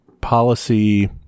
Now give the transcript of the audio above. policy